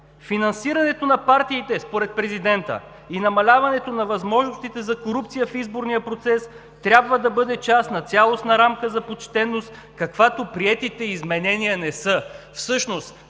„Финансирането на партиите – според президента – и намаляването на възможностите за корупция в изборния процес трябва да бъдат част на цялостна рамка за почтеност, каквато приетите изменения не са“.